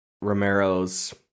Romero's